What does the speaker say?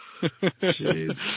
Jeez